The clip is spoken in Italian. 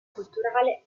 culturale